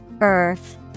Earth